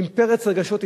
עם פרץ רגשות,